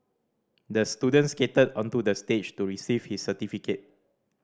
the student skated onto the stage to receive his certificate